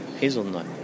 Hazelnut